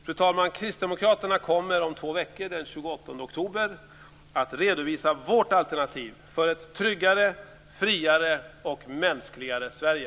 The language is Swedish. Fru talman! Vi i Kristdemokraterna kommer om två veckor - den 28 oktober - att redovisa vårt alternativ för ett tryggare, friare och mänskligare Sverige.